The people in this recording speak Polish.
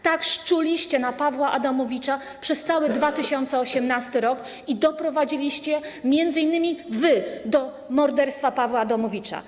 Tak, szczuliście na Pawła Adamowicza przez cały 2018 r. i doprowadziliście między innymi wy do morderstwa Pawła Adamowicza.